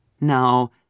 Now